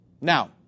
Now